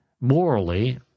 morally